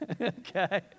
Okay